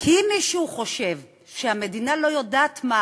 כי אם מישהו חושב שהמדינה לא יודעת מה